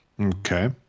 Okay